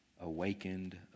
awakened